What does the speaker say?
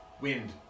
Wind